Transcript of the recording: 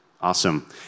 Awesome